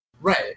Right